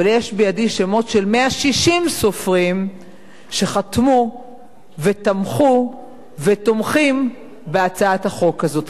אבל יש בידי שמות של 160 סופרים שחתמו ותמכו ותומכים בהצעת החוק הזאת.